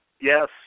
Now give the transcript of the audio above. Yes